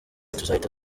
tuzahita